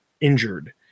injured